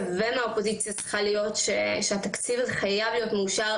ומהאופוזיציה צריכה להיות שהתקציב הזה חייב להיות מאושר,